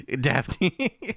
Daphne